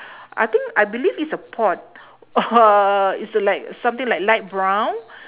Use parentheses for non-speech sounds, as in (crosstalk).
I think I believe it's a pot (laughs) uhh it's a like something like light brown